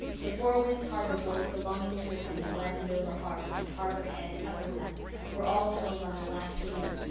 the four winds harbour boys belonging to it from the glen and over-harbour and harbour head and upper glen were all home on their last leave,